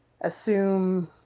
assume